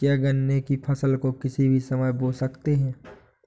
क्या गन्ने की फसल को किसी भी समय बो सकते हैं?